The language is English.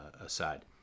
aside